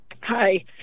Hi